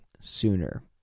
sooner